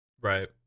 Right